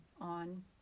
on